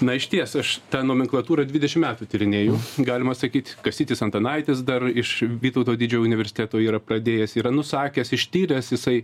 na išties aš tą nomenklatūrą dvidešim metų tyrinėju galima sakyt kastytis antanaitis dar iš vytauto didžiojo universiteto yra pradėjęs yra nusakęs ištyręs jisai